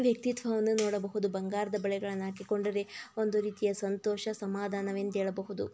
ವ್ಯಕ್ತಿತ್ವವನ್ನು ನೋಡಬಹುದು ಬಂಗಾರದ ಬಳೆಗಳನ್ನು ಹಾಕಿಕೊಂಡರೆ ಒಂದು ರೀತಿಯ ಸಂತೋಷ ಸಮಾಧಾನವೆಂದೇಳಬಹುದು